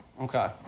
okay